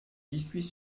biscuits